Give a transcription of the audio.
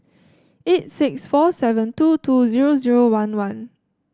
eight six four seven two two zero zero one one